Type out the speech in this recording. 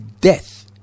death